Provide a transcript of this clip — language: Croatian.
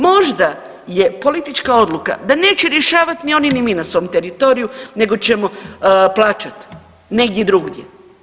Možda je politička odluka da neće rješavati ni oni ni mi na svom teritoriju nego ćemo plaćat negdje drugdje.